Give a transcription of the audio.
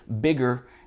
bigger